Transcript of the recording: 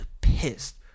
Pissed